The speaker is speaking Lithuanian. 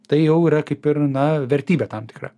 tai jau yra kaip ir na vertybė tam tikra